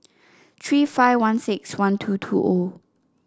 three five one six one two two O